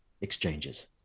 exchanges